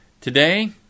Today